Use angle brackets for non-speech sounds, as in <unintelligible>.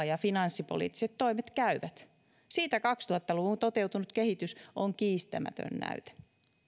<unintelligible> ja finanssipoliittiset toimet käyvät siitä kaksituhatta luvun toteutunut kehitys on kiistämätön näyte